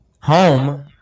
Home